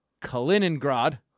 Kaliningrad